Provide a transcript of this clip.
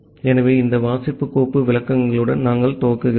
ஆகவே இந்த வாசிப்பு கோப்பு விளக்கங்களுடன் நாங்கள் துவக்குகிறோம்